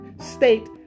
state